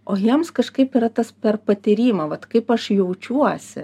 o jiems kažkaip yra tas per patyrimą vat kaip aš jaučiuosi